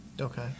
Okay